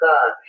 God